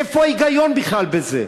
איפה ההיגיון בכלל בזה?